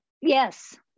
Yes